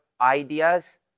ideas